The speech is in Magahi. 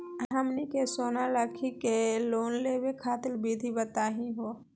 हमनी के सोना रखी के लोन लेवे खातीर विधि बताही हो?